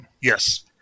Yes